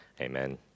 Amen